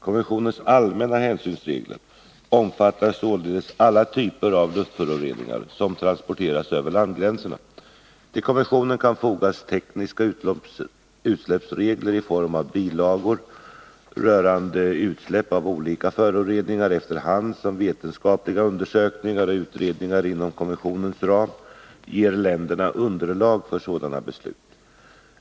Konventionens allmänna hänsynsregler omfattar således alla typer av luftföroreningar som transpor andra luftföroreningar än svavel teras över landgränserna. Till konventionen kan fogas tekniska utsläppsregler i form av bilagor rörande utsläpp av olika föroreningar efter hand som vetenskapliga undersökningar och utredningar inom konventionens ram ger länderna underlag för sådana beslut.